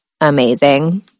amazing